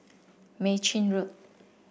Mei Chin Road